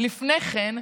לפני כן,